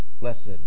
Blessed